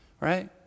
right